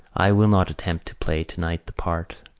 i will not attempt to play tonight the part